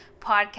podcast